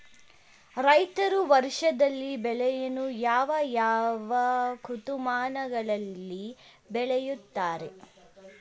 ರೈತರು ವರ್ಷದಲ್ಲಿ ಬೆಳೆಯನ್ನು ಯಾವ ಯಾವ ಋತುಮಾನಗಳಲ್ಲಿ ಬೆಳೆಯುತ್ತಾರೆ?